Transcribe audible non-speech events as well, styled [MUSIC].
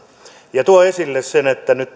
ja tuo esille sen että nyt [UNINTELLIGIBLE]